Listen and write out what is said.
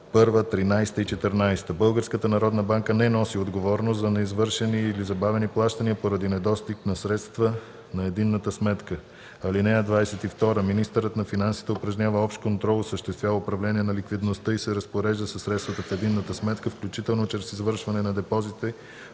ал. 1, 13 и 14. Българската народна банка не носи отговорност за неизвършени или забавени плащания поради недостиг на средства на единната сметка. (22) Министърът на финансите упражнява общ контрол, осъществява управление на ликвидността и се разпорежда със средствата в единната сметка, включително чрез извършване на депозити